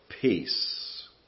peace